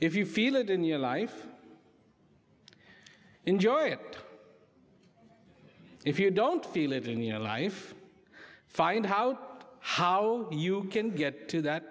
if you feel it in your life enjoy it if you don't feel living your life find out how you can get to that